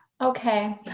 Okay